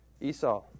Esau